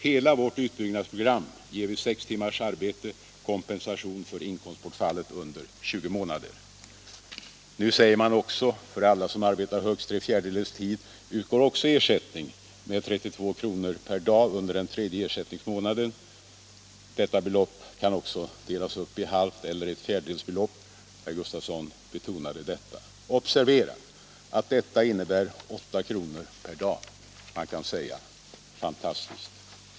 Hela vårt utbyggnadsprogram ger vid sex timmars arbete kompensation för inkomstbortfallet under 20 månader. Nu säger man också att för alla som arbetar högst tre fjärdedels tid utgår också ersättning med 32 kr. per dag under den tredje ersättningsmånaden. Detta belopp kan också delas upp i ett halvt eller ett fjärdedels belopp. Herr Gustavsson betonade detta. Observera att detta innebär 8 kr. per dag. Man kan säga: fantastiskt!